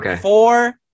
four